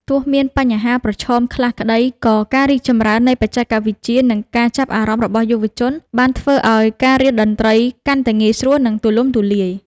ទោះមានបញ្ហាប្រឈមខ្លះក្តី ក៏ការរីកចម្រើននៃបច្ចេកវិទ្យា និងការចាប់អារម្មណ៍របស់យុវជន បានធ្វើឲ្យការរៀនតន្ត្រីកាន់តែងាយស្រួល និងទូលំទូលាយ។